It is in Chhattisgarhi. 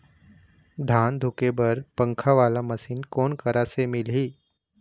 धान धुके बर पंखा वाला मशीन कोन करा से मिलही?